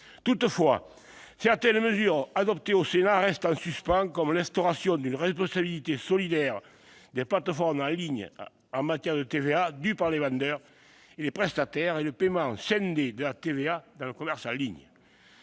Toutefois, certaines mesures adoptées par le Sénat restent en suspens, comme l'instauration d'une responsabilité solidaire des plateformes en ligne en matière de TVA due par les vendeurs et les prestataires, ou encore le paiement scindé de la TVA dans le commerce en ligne.